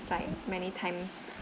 like many times